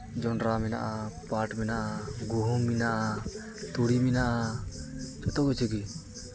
ᱡᱚᱱᱰᱨᱟ ᱢᱮᱱᱟᱜᱼᱟ ᱯᱟᱴᱷ ᱢᱮᱱᱟᱜᱼᱟ ᱜᱩᱦᱩᱢ ᱢᱮᱱᱟᱜᱼᱟ ᱛᱩᱲᱤ ᱢᱮᱱᱟᱜᱼᱟ ᱡᱚᱛᱚ ᱠᱤᱪᱷᱩ ᱜᱮ